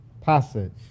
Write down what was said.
passage